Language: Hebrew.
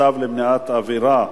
צו למניעת עבירה),